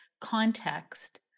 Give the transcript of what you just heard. context